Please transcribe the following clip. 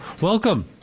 Welcome